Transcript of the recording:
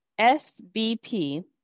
SBP